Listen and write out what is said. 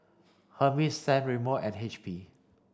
Hermes San Remo and H P